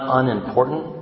unimportant